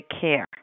care